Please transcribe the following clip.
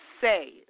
say